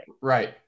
Right